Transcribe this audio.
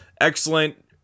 Excellent